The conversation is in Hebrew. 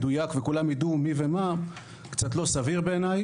מדויק וכולם ידעו מי ומה - קצת לא סביר בעיניי.